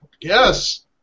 Yes